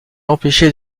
empêché